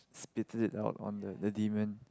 it split out on the dirty man